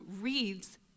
reads